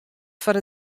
foar